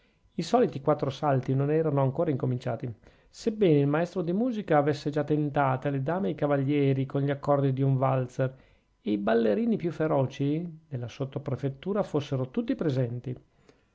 i soliti quattro salti non erano ancora incominciati sebbene il maestro di musica avesse già tentate le dame e i cavalieri con gli accordi d'un valzer e i ballerini più feroci della sottoprefettura fossero tutti presenti